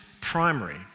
primary